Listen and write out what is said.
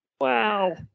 Wow